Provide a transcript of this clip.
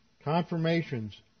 Confirmations